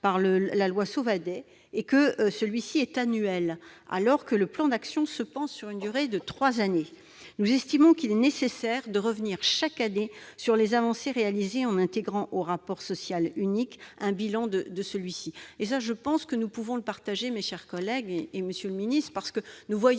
par la loi Sauvadet et qu'il est annuel, alors que le plan d'action est pensé sur une durée de trois années. Nous estimons qu'il est nécessaire de revenir chaque année sur les avancées réalisées en intégrant au rapport social unique un bilan de celui-ci. Je pense que nous pouvons partager cet objectif, mes chers collègues, monsieur le secrétaire d'État, car nous voyons